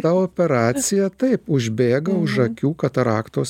ta operacija taip užbėga už akių kataraktos